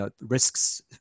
risks